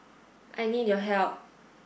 I need your help